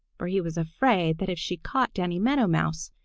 for he was afraid that if she caught danny meadow mouse,